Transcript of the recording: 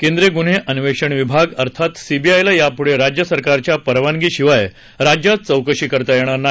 केंद्रीय गुन्हे अन्वेषण विभाग अर्थात सीबीआयला यापुढे राज्य सरकारच्या परवानगी शिवाय राज्यात चौकशी करता येणार नाही